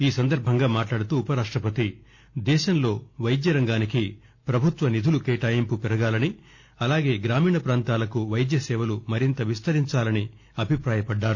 ఈ సందర్బంగా మాట్లాడుతూ ఉపరాష్టపతి దేశంలో వైద్య రంగానికి ప్రభుత్వ నిధుల కేటాయింపు పెరగాలని అలాగే గ్రామీణ ప్రాంతాలకు వైద్య సేవలు మరింత విస్తరించాలని అభిప్రాయపడ్డారు